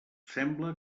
sembla